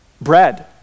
bread